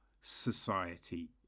Society